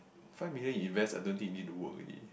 five million you invest I don't think you need to work already